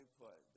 put